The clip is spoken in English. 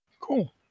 Cool